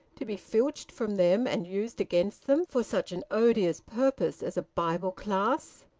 to be filched from them and used against them for such an odious purpose as a bible class!